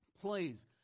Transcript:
Please